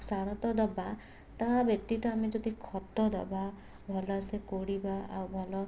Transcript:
ସାର ତ ଦେବା ତାହା ବ୍ୟତୀତ ଆମେ ଯଦି ଖତ ଦେବା ଭଲସେ କୋଡ଼ିବା ଆଉ ଭଲ